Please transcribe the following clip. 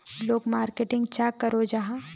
लोग मार्केटिंग चाँ करो जाहा?